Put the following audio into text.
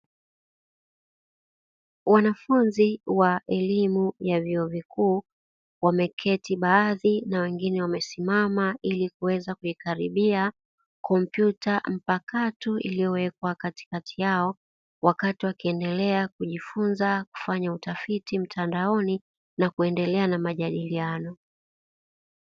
Wanafunzi wa elimu ya vyuo vikuu wameketi baadhi na wengine wamesimama ili waweze kuyakaribia kompyuta mpakato, iliowekwa katikati yao wakati wakiendelea kujifunza kufanya utafiti mtandaoni na kuendelea na majadiliano.